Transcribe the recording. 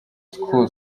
school